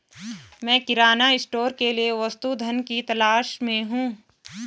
मैं किराना स्टोर के लिए वस्तु धन की तलाश में हूं